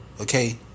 Okay